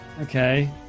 okay